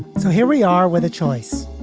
so here we are with a choice.